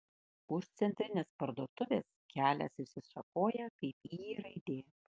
už centrinės parduotuvės kelias išsišakoja kaip y raidė